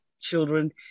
children